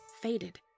faded